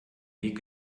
weg